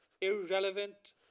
irrelevant